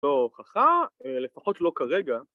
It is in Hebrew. ‫זו הוכחה, לפחות לא כרגע.